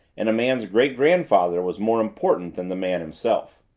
and a man's great-grandfather was more important than the man himself.